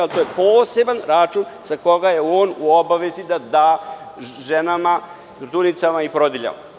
To je poseban račun sa koga je on u obavezi da da ženama, trudnicama i porodiljama.